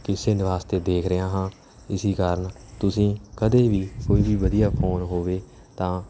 ਕਿਸੇ ਨ ਵਾਸਤੇ ਦੇਖ ਰਿਹਾ ਹਾਂ ਇਸ ਕਾਰਨ ਤੁਸੀਂ ਕਦੇ ਵੀ ਕੋਈ ਵੀ ਵਧੀਆ ਫੋਨ ਹੋਵੇ ਤਾਂ